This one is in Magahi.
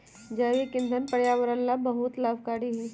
जैविक ईंधन पर्यावरण ला बहुत लाभकारी हई